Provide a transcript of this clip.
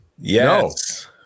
Yes